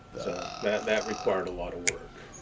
so that that required a lot of work.